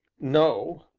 no,